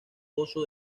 foso